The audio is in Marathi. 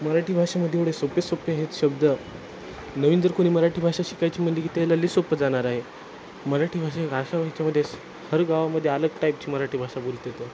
मराठी भाषेमध्ये एवढे सोपे सोपे हे आहेत शब्द नवीन जर कोणी मराठी भाषा शिकायची म्हणली की त्याला लई सोपं जाणार आहे मराठी भाषा हे वघा अशा ह्याच्यामध्ये स् हर गावामध्ये अलग टाइपची मराठी भाषा बोलत आहेत